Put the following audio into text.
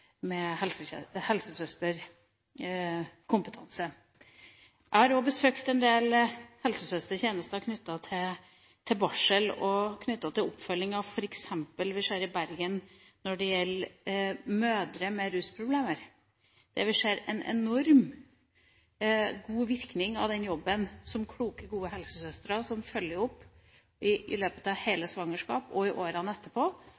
Jeg har også besøkt en del helsesøstertjenester knyttet til barsel og oppfølginga av mødre med rusproblemer, som vi f.eks. ser i Bergen. Vi ser en enormt god virkning av den jobben som kloke, gode helsesøstre gjør ved å følge opp under hele svangerskapet og i åra etterpå.